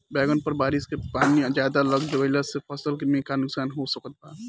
बैंगन पर बारिश के पानी ज्यादा लग गईला से फसल में का नुकसान हो सकत बा?